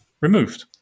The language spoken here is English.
removed